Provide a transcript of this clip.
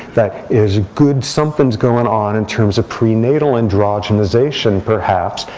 that is good. something's going on in terms of prenatal androgenization, perhaps,